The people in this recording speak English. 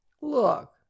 Look